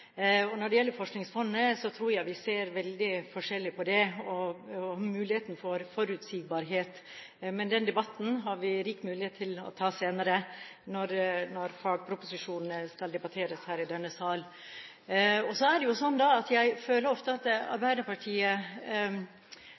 Når det gjelder Forskningsfondet, tror jeg vi ser veldig forskjellig på det og muligheten for forutsigbarhet. Men den debatten har vi rik mulighet til å ta senere når fagproposisjonene skal debatteres her i denne sal. Så er jo sånn at jeg ofte føler at